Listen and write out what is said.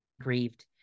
grieved